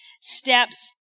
steps